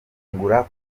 nyungura